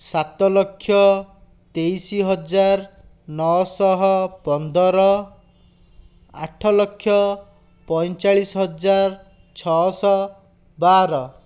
ସତଲକ୍ଷ ତେଇଶ ହଜାର ନଅ ଶହ ପନ୍ଦର ଆଠ ଲକ୍ଷ ପଇଁଚାଳିଶ ହଜାର ଛଅଶହ ବାର